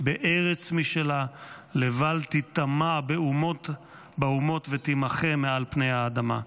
בארץ משלה לבל תיטמע באומות ותימחה מעל פני האדמה.